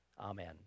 Amen